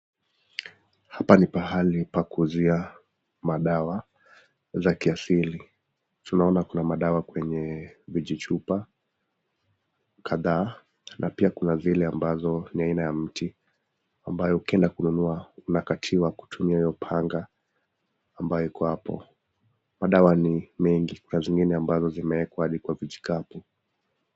Hapa ni pahali pakuuzia madawa za kiasili, tunaona kuna madawa kwanye vijichupa kadhaa, napia kuna zile ambazo ni aina ya mti ambayo ukienda kununua unakatiwa kutumia hiyo panga ambayo iko hapo, madawa ni mengi kuna mwengine yamewekwa kwenyi hizo vijikapu.